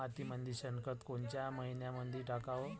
मातीमंदी शेणखत कोनच्या मइन्यामंधी टाकाव?